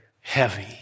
heavy